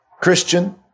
Christian